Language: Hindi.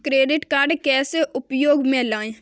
क्रेडिट कार्ड कैसे उपयोग में लाएँ?